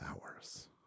hours